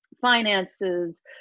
finances